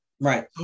right